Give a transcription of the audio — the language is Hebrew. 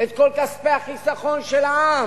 את כל כספי החיסכון של העם,